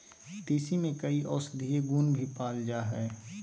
तीसी में कई औषधीय गुण भी पाल जाय हइ